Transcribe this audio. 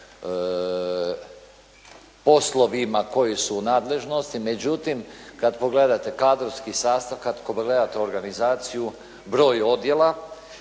poslovima koji su u nadležnosti. Međutim, kada pogledate kadrovski sastav, kada pogledate organizaciju, broj odjela,